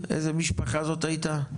איזו משפחה זאת הייתה?